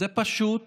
זה פשוט